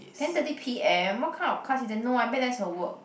ten thirty p_m what kind of class is that no I bet that's her work